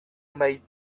made